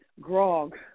Grog